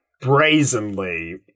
brazenly